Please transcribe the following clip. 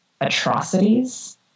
atrocities